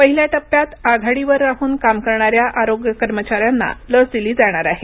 पहिल्या टप्प्यात आघाडीवर राहून काम करणाऱ्या आरोग्य कर्मचाऱ्यांना लस दिली जाणार आहे